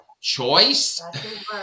choice